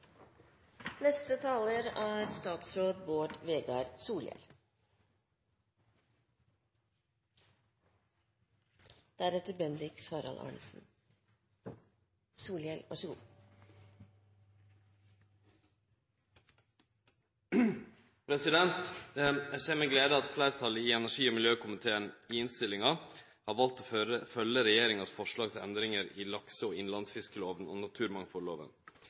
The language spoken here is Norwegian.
Eg ser med glede at fleirtalet i energi- og miljøkomiteen i innstillinga har valt å følgje regjeringas forslag til endringar i lakse- og innlandsfisklova og